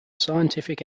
scientific